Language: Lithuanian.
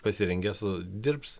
pasirengęs dirbs